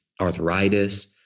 arthritis